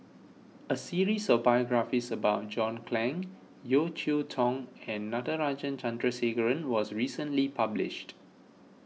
a series of biographies about John Clang Yeo Cheow Tong and Natarajan Chandrasekaran was recently published